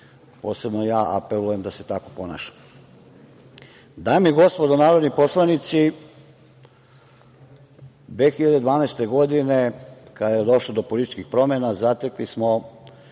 posebno ja, apelujem da se tako ponašamo. Dame i gospodo narodni poslanici, 2012. godine, kada je došlo do političkih promena, zatekli smo